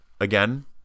again